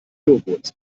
jogurt